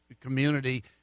community